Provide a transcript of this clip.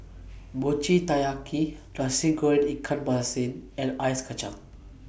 Mochi Taiyaki Nasi Goreng Ikan Masin and Ice Kacang